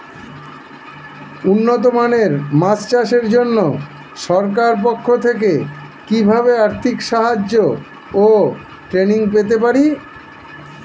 উন্নত মানের মাছ চাষের জন্য সরকার পক্ষ থেকে কিভাবে আর্থিক সাহায্য ও ট্রেনিং পেতে পারি?